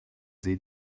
sie